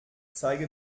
zeige